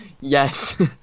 Yes